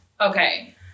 okay